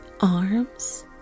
arms